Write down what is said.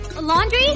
Laundry